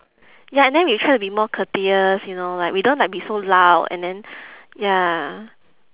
ya and then we try to be more courteous you know like we don't like be so loud and then ya